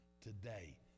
today